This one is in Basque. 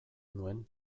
nuen